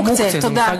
מוקצה, תודה.